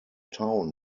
town